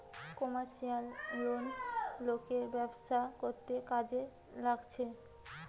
commercial loan লোকের ব্যবসা করতে কাজে লাগছে